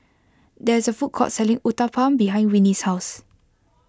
there is a food court selling Uthapam behind Winnie's house